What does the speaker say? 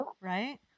right